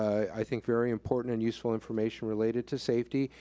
i think, very important and useful information related to safety.